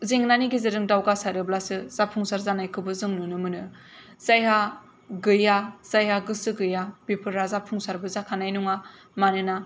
जेंनानि गेजेरजों दावगासारोब्लासो जाफुंसार जानायखौबो जों नुनो मोनो जायहा गैया जायहा गोसो गैया बेफोरो जाफुंसारबो जाखानाय नङा मानोना